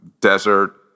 desert